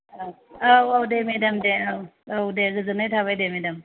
ओं औ औ दे मेदाम दे औ दे गोजोन्नाय थाबाय दे मेदाम